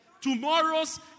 Tomorrow's